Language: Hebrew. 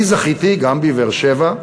אני זכיתי, גם בבאר-שבע,